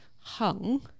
hung